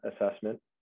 assessment